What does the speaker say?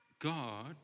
God